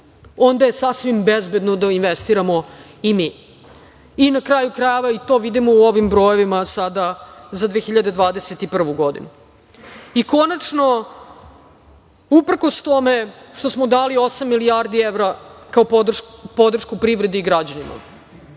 onda je sasvim bezbedno da investiramo i mi. Na kraju krajeva, to vidimo u ovim brojevima sada za 2021. godinu.I, konačno, uprkos tome što smo dali osam milijardi evra kao podršku privredi i građanima,